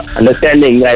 understanding